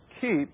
keep